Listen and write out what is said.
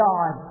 God